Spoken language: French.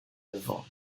œuvres